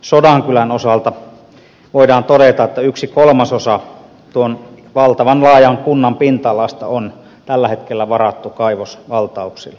sodankylän osalta voidaan todeta että yksi kolmasosa tuon valtavan laajan kunnan pinta alasta on tällä hetkellä varattu kaivosvaltauksille